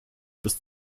bis